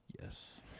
Yes